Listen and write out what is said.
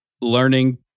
learning